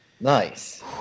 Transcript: Nice